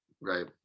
right